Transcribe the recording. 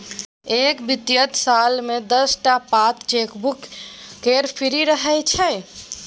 एक बित्तीय साल मे दस टा पात चेकबुक केर फ्री रहय छै